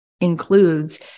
includes